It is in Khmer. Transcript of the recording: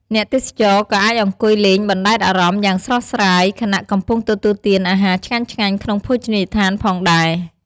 អ្នកទេសចរក៏អាចអង្គុយលេងបណ្ដែតអារម្មណ៍យ៉ាងស្រស់ស្រាយ ខណៈកំពុងទទួលទានអាហារឆ្ងាញ់ៗក្នុងភោជនីយដ្ឋានផងដែរ។